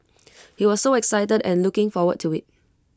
he was so excited and looking forward to IT